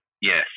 yes